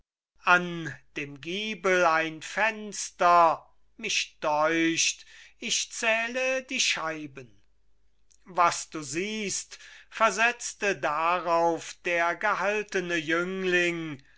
an dem giebel ein fenster mich deucht ich zähle die scheiben was du siehst versetzte darauf der gehaltene jüngling